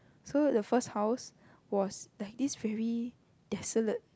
so the first house was this very desolate